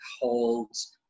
holds